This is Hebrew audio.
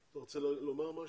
אתה רוצה לומר משהו?